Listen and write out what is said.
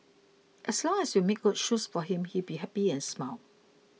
as long as you made good shoes for him he'd be happy and smile